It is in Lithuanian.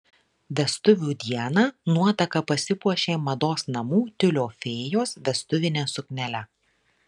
vestuvių dieną nuotaka pasipuošė mados namų tiulio fėjos vestuvine suknele